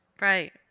right